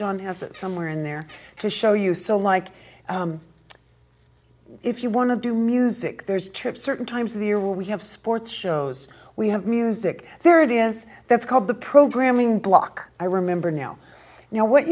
john has it somewhere in there to show you so like if you want to do music there's tripp certain times of the year we have sports shows we have music there it is that's called the programming block i remember now you know what